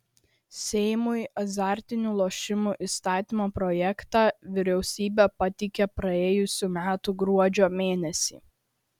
seimui azartinių lošimų įstatymo projektą vyriausybė pateikė praėjusių metų gruodžio mėnesį